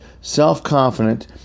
self-confident